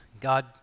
God